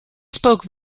spoke